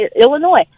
Illinois